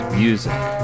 music